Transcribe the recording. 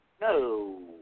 no